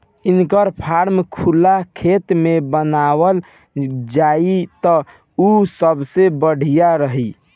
इनकर फार्म खुला खेत में बनावल जाई त उ सबसे बढ़िया रही